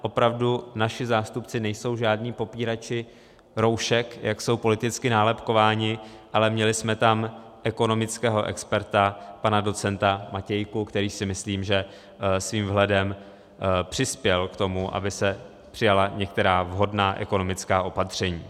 Opravdu naši zástupci nejsou žádní popírači roušek, jak jsou politicky nálepkováni, ale měli jsme tam ekonomického experta pana docenta Matějku, který si myslím, že svým vhledem přispěl k tomu, aby se přijala některá vhodná ekonomická opatření.